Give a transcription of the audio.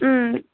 ம்